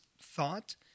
thought